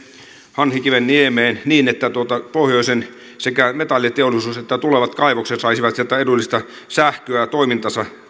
hanhikivenniemeen niin että pohjoisen sekä metalliteollisuus että tulevat kaivokset saisivat sieltä edullista sähköä toimintansa